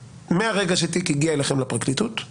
מהרגע שתיק הגיע אליכם לפרקליטות,